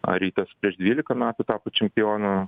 a rytas prieš dvylika metų tapo čempionu